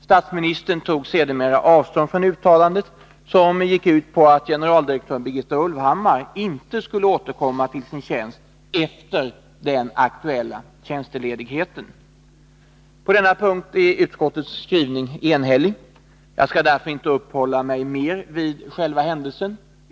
Statsministern tog sedermera avstånd från uttalandet, som gick ut på att generaldirektören Birgitta Ulvhammar inte skulle återkomma till sin tjänst efter den aktuella tjänstledigheten. På denna punkt är utskottets skrivning enhällig. Jag skall därför inte uppehålla mig mer vid själva händelsen.